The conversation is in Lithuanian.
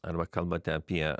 arba kalbate apie